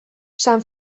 san